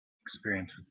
experience